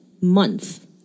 month